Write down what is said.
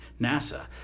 NASA